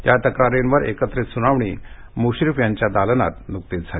त्या तक्रारींवर एकत्रित सूनावणी मुश्रीफ यांच्या दालनात नुकतीच झाली